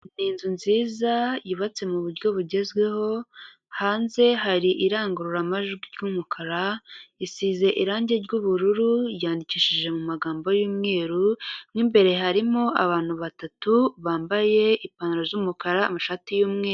Ni inzu nziza yubatse mu buryo bugezweho, hanze hari irangururamajwi ry'umukara, isize irangi ry'ubururu ryandikishije mu magambo y'umweru, mu imbere harimo abantu batatu bambaye ipantaro z'umukara, amashati y'umweru.